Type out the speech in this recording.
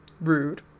rude